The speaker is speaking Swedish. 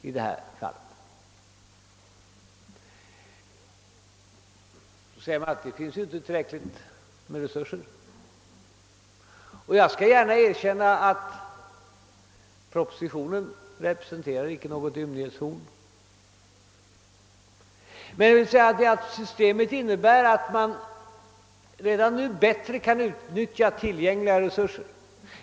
Nu invänder man att det inte finns tillräckliga resurser, och jag skall gärna erkänna att propositionen icke representerar något ymninghetshorn. Systemet innebär emellertid för det första att vi redan nu bättre kan utnyttja tillgängliga resurser.